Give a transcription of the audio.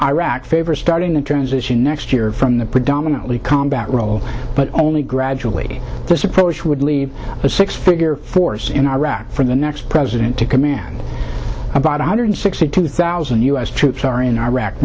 iraq favor starting the transition next year from the predominantly combat role but only gradually this approach would leave a six figure force in iraq for the next president to command about one hundred sixty two thousand u s troops are in iraq